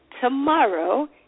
tomorrow